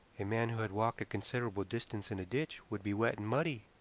a man who had walked a considerable distance in a ditch would be wet and muddy,